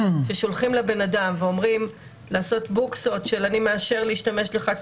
ששולחים לבן אדם ואומרים למלא בוקסות של "אני מאשר להשתמש" ב-1,